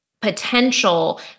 potential